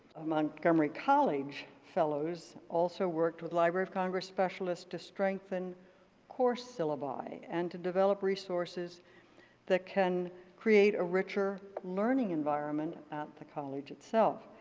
montgomery college fellows also worked with library of congress specialists to strengthen course syllabi and to develop resources that can create a richer learning environment at the college itself.